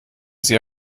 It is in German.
sie